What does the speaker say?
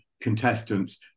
contestants